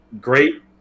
great